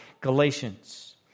Galatians